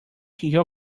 your